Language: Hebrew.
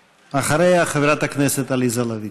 אחריה, חברת הכנסת עליזה לביא,